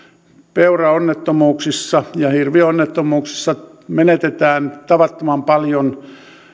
peuraonnettomuuksissa ja hirvionnettomuuksissa menetetään tavattoman paljon